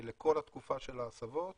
לכל התקופה של ההסבות,